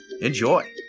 Enjoy